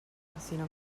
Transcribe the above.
casino